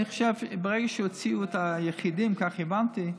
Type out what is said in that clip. אני חושב שברגע שהוציאו את היחידים, כך הבנתי,